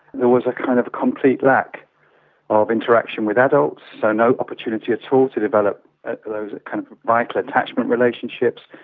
there was a kind of complete lack of interaction with adults, so no opportunity at so all to develop those ah kind of vital attachment relationships,